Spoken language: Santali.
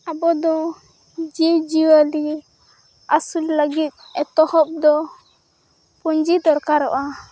ᱟᱵᱚ ᱫᱚ ᱡᱤᱵᱽᱡᱤᱭᱟᱹᱞᱤ ᱟᱹᱥᱩᱞ ᱞᱟᱹᱜᱤᱫ ᱮᱛᱚᱦᱚᱵ ᱫᱚ ᱯᱩᱸᱡᱤ ᱫᱚᱨᱠᱟᱨᱚᱜᱼᱟ